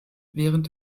während